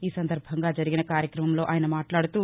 ఆ సందర్బంగా జరిగిన కార్యక్రమంలో ఆయన మాట్లాడుతూ